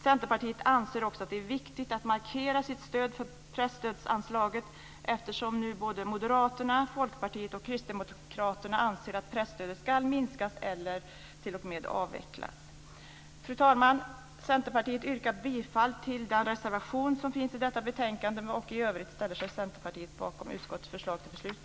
Centerpartiet anser också att det är viktigt att markera sitt stöd för presstödsanslaget eftersom Moderaterna, Folkpartiet och Kristdemokraterna anser att presstödet ska minskas eller t.o.m. avvecklas. Fru talman! Centerpartiet yrkar bifall till den reservation som finns i detta betänkande. I övrigt ställer sig Centerpartiet bakom utskottets förslag till beslut.